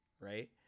right